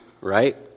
right